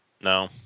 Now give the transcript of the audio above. no